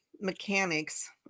mechanics